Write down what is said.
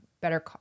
better